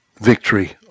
victory